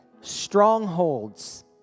strongholds